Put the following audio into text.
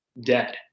dead